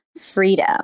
freedom